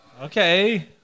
Okay